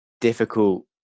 difficult